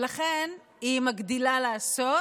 ולכן היא מגדילה לעשות